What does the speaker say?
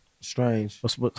Strange